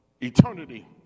Eternity